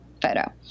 photo